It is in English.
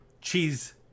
cheese